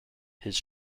his